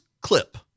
clip